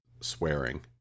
swearing